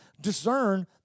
Discern